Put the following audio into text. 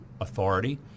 authority